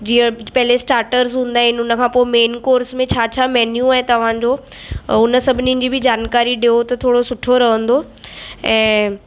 जीअं पहिले स्टाटर्स हूंदा आहिनि उनखां पोइ मेनकोर्स में छा छा मेन्यू आहे तव्हांजो उन सभिनिनि जी बि जानकारी ॾियो त थोरो सुठो रहंदो ऐं